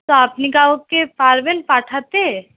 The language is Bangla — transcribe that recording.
তো আপনি কাউকে পারবেন পাঠাতে